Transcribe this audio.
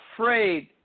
afraid